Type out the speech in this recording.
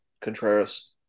Contreras